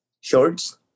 shorts